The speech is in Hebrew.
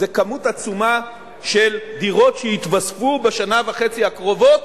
זה כמות עצומה של דירות שיתווספו בשנה וחצי הקרובות